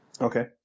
okay